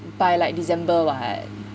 by like december [what]